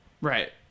Right